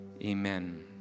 Amen